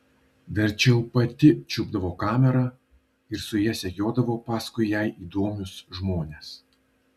verčiau pati čiupdavo kamerą ir su ja sekiodavo paskui jai įdomius žmones